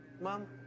Mom